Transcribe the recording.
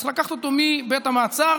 כשצריך לקחת אותו מבית המעצר